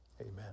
Amen